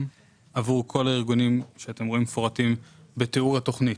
עבור כל הארגונים שאתם מפורטים בתיאור התכנית,